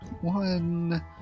one